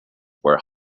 were